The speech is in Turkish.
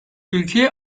ülkeye